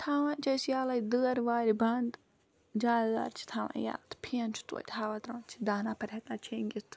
تھاوان چھِ أسۍ یَلے دٲر وارِ بند جالہِ دارِ چھِ تھاوان یَلہٕ تہٕ پھِین چھُ توتہِ ہوا دِوان تہِ چھِ دَہ نَفر ہیکان شینگِتھ